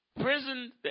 Prison